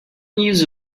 use